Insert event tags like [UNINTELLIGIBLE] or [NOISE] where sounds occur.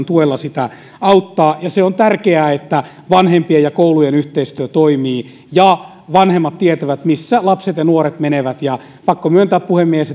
[UNINTELLIGIBLE] tuella sitä auttaa ja se on tärkeää että vanhempien ja koulujen yhteistyö toimii ja vanhemmat tietävät missä lapset ja nuoret menevät ja on pakko myöntää puhemies [UNINTELLIGIBLE]